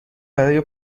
برای